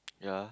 ya